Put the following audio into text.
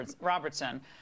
Robertson